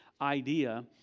idea